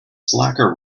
slacker